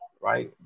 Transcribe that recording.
right